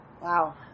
Wow